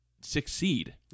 succeed